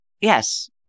Yes